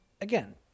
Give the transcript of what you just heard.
again